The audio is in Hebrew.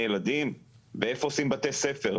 איפה עושים בתי ספר?